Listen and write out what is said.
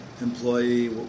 employee